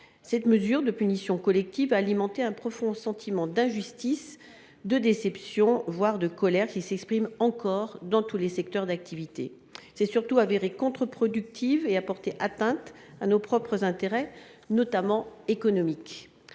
Cette mesure de punition collective a alimenté un profond sentiment d’injustice, de déception, voire de colère qui s’exprime encore dans tous les secteurs d’activité. Elle s’est surtout révélée contre productive en portant atteinte à nos propres intérêts, notamment économiques.